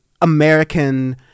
American